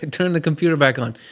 and turn the computer back on!